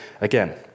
again